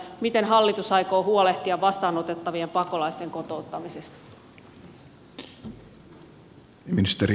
miten hallitus aikoo huolehtia vastaanotettavien pakolaisten kotouttamisesta